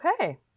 okay